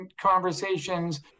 conversations